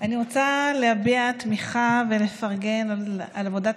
אני רוצה להביע תמיכה ולפרגן על עבודת